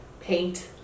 paint